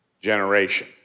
generation